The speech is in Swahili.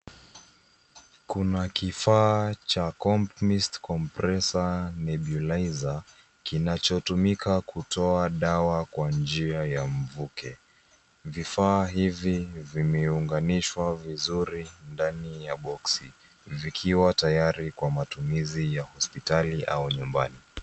Kuna kifaa cha CompMist compresser meduliza kinachotumika kutoa dawa kwa njia ya mvuke. Vifaa hivi vimeunganishwa vizuri ndani ya boksi vikiwa tayari kwa matumizi ya hospitali au nyumbani.